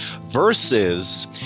versus